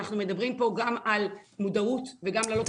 אנחנו מדברים פה גם על מודעות וגם להעלות את